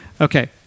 Okay